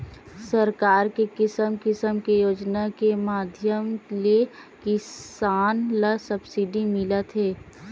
सरकार के किसम किसम के योजना के माधियम ले किसान ल सब्सिडी मिलत हे